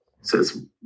says